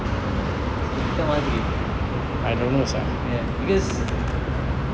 குப்ப:kuppa ya because